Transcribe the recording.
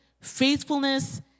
faithfulness